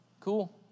Cool